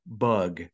bug